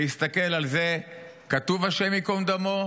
ויסתכל: על זה כתוב השם ייקום דמו,